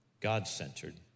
God-centered